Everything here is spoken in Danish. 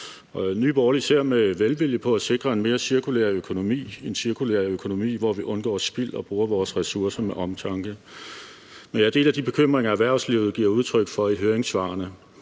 Nye Borgerlige ser med velvilje på at sikre en mere cirkulær økonomi, hvor vi undgår spild og bruger vores ressourcer med omtanke. Men jeg deler de bekymringer, erhvervslivet giver udtryk for i høringssvarene.